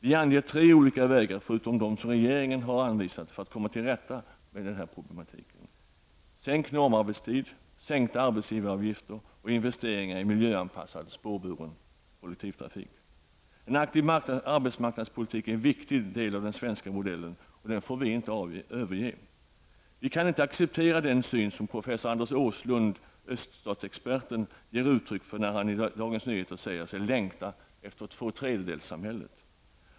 Vi anger tre olika vägar förutom dem som regeringen har anvisat för att komma till rätta med den problematiken: En aktiv arbetsmarknadspolitik är en viktig del av den svenska modellen, och den får vi inte överge. Vi kan inte acceptera den syn som professor Anders Åslund, öststatsexperten, ger uttryck för, när han i DN säger sig längta efter tvåtredjedelssamhället.